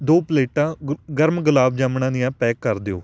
ਦੋ ਪਲੇਟਾਂ ਗੁ ਗਰਮ ਗੁਲਾਬ ਜਾਮਣਾਂ ਦੀਆਂ ਪੈਕ ਕਰ ਦਿਓ